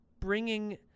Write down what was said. bringing